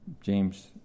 James